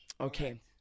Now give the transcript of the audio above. Okay